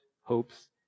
hopes